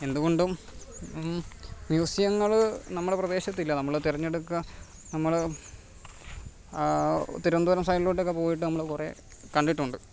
എന്തുകൊണ്ടും മ്യൂസിയങ്ങൾ നമ്മുടെ പ്രദേശത്തില്ല നമ്മൾ തിരഞ്ഞെടുക്കുക നമ്മൾ തിരുവനന്തപുരം സൈഡിലോട്ടൊക്കെ പോയിട്ട് നമ്മൾ കുറെ കണ്ടിട്ടുണ്ട്